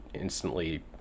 instantly